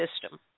system